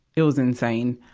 it was insane.